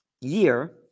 year